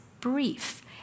brief